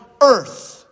earth